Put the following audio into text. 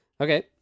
Okay